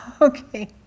Okay